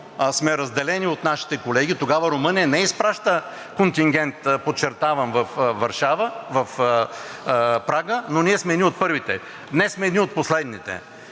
сме разделени от нашите колеги. Тогава Румъния не изпраща контингент – подчертавам, в Прага, но ние сме едни от първите. Днес сме едни от последните.